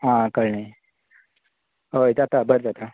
आ कळ्ळे हय तें आता बरें जाता